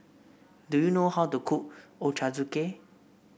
do you know how to cook Ochazuke